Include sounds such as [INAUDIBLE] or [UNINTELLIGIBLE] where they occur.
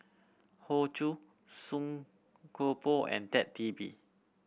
Hoey Choo Song Koon Poh and Ted De [UNINTELLIGIBLE]